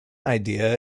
idea